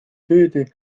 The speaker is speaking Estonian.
süüdi